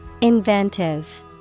Inventive